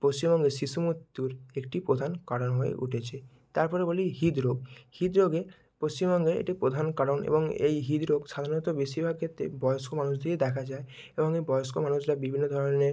পশ্চিমবঙ্গে শিশু মৃত্যুর একটি প্রধান কারণ হয়ে উটেছে তারপরে বলি হৃদরোগ হৃদরোগে পশ্চিমবঙ্গের একটি প্রধান কারণ এবং এই হৃদরোগ সাধারণত বেশিরভাগ ক্ষেত্রে বয়স্ক মানুষদেরই দেখা যায় এবং এই বয়স্ক মানুষরা বিভিন্ন ধরনের